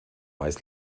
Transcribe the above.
weiß